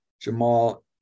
Jamal